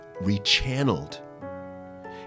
rechanneled